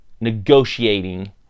negotiating